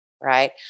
right